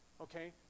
Okay